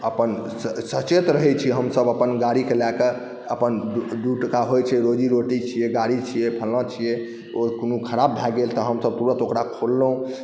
अपन स सचेत रहैत छी हमसभ अपन गाड़ी कऽ लए कऽ अपन दू दू टका होइ छै रोजी रोटी छियै गाड़ी छियै फलना छियै ओ कोनो खराब भए गेल तऽ हमसभ तुरन्त ओकरा खोललहुँ